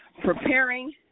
preparing